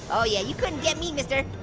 oh yeah, you couldn't get me mister.